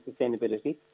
sustainability